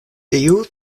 tiu